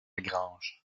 grange